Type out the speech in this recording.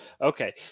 Okay